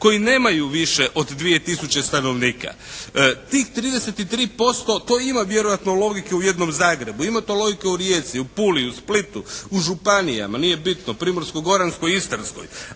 koji nemaju više od 2 tisuće stanovnika. Tih 33% to ima vjerojatno logike u jednom Zagrebu, ima to logike u Rijeci, u Puli, u Splitu, u županijama, nije bitno, Primorsko-goranskoj, Istarskoj,